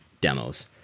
demos